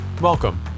Welcome